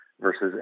versus